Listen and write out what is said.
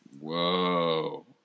Whoa